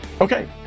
Okay